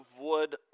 wood